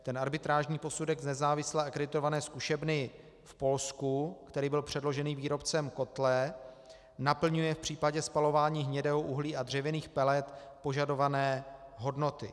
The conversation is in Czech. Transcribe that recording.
Ten arbitrážní posudek z nezávislé akreditované zkušebny v Polsku, který byl předložený výrobcem kotle, naplňuje v případě spalování hnědého uhlí a dřevinných pelet požadované hodnoty.